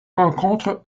rencontre